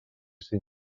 cinc